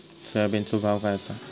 सोयाबीनचो भाव काय आसा?